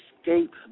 escape